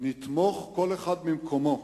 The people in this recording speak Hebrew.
נתמוך כל אחד ממקומו,